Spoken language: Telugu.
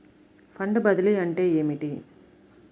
ఫండ్ బదిలీ అంటే ఏమిటి?